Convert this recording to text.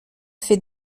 fait